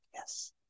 yes